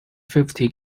fifty